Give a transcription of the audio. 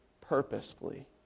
purposefully